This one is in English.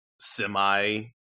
semi